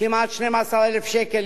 כמעט 12,000 שקל.